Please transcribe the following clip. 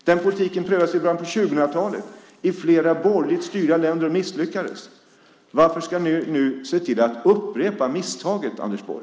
Den politiken prövades i början av 2000-talet i flera borgerligt styrda länder och misslyckades. Varför ska ni nu upprepa misstaget, Anders Borg?